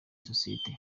sosiyete